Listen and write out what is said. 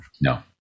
No